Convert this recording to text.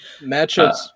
matchups